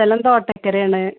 സ്ഥലം തോട്ടക്കരയാണ്